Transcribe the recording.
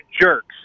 jerks